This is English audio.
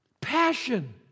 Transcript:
passion